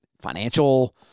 financial